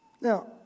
Now